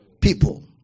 People